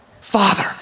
Father